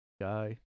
guy